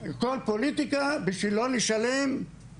הכול פוליטיקה בשביל לא לבצע